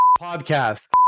podcast